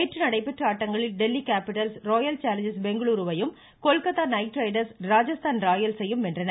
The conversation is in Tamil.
நேற்று நடைபெற்ற ஆட்டங்களில் Delhi Capitals Royal Challengers Bengaluru வையும் கொல்கத்தா நைட் ரைடர்ஸ் ராஜஸ்தான் ராயல்சையும் வென்றன